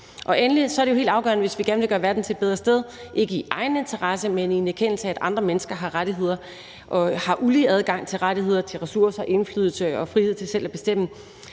os. Endelig er det jo helt afgørende, hvis vi gerne vil gøre verden til et bedre sted, ikke i egen interesse, men i erkendelse af at andre mennesker har rettigheder og har ulige adgang til rettigheder, ressourcer, indflydelse og frihed til selv at bestemme,